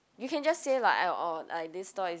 you can just say like I or like this store is